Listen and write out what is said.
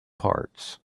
parts